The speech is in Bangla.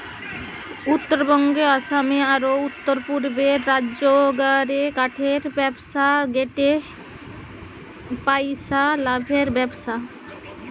উত্তরবঙ্গে, আসামে, আর উততরপূর্বের রাজ্যগা রে কাঠের ব্যবসা গটে পইসা লাভের ব্যবসা